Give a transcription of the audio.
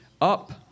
Up